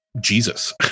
Jesus